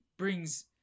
brings